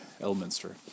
Elminster